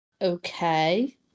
okay